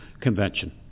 Convention